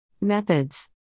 Methods